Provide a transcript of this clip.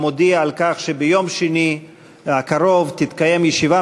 המודיע על כך שביום שני הקרוב תתקיים ישיבה